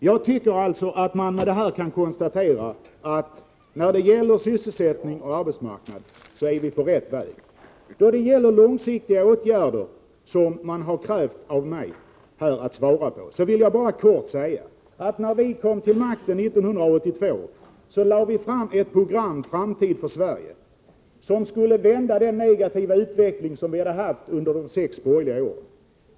Jag tycker att man med detta kan konstatera att vi i fråga om sysselsättning och arbetsmarknad är på rätt väg. Då det gäller långsiktiga åtgärder, som man här har krävt att jag skall redogöra för, vill jag bara kort säga att när vi kom till makten 1982 lade vi fram ett program Framtid för Sverige, som skulle vända den negativa utveckling vi hade haft under de sex borgerliga åren.